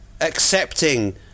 accepting